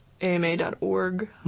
AMA.org